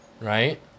right